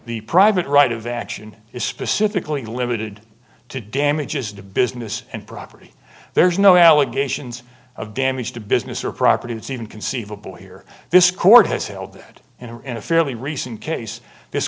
the private right of action is specifically limited to damages to business and property there's no allegations of damage to business or property it's even conceivable here this court has held that and in a fairly recent case this